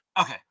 okay